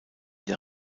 der